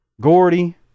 Gordy